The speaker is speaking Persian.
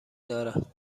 دارد